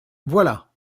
voilà